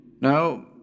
Now